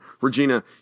Regina